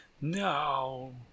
No